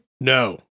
No